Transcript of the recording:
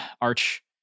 arch